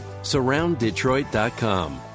SurroundDetroit.com